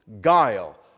guile